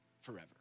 forever